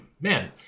man